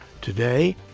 Today